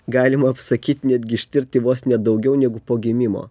galima apsakyt netgi ištirti vos ne daugiau negu po gimimo